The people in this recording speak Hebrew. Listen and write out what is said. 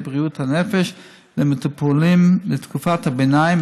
בריאות הנפש למטופלים לתקופת הביניים,